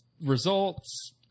results